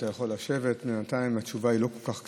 אתה יכול לשבת בינתיים, התשובה היא לא כל כך קצרה.